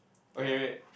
okay wait